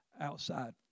outside